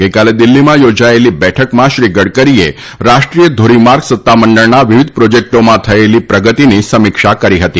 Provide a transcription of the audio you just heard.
ગઇકાલે દિલ્ફીમાં યોજાયેલી બેઠકમાં શ્રી ગડકરીએ રાષ્ટ્રીય ધોરીમાર્ગ સત્તામંડળના વિવિધ પ્રોજેક્ટરોમાં થયેલી પ્રગતિની સમીક્ષા કરી હતી